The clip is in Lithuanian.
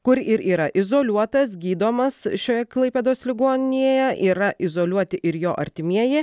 kur ir yra izoliuotas gydomas šioje klaipėdos ligoninėje yra izoliuoti ir jo artimieji